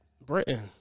Britain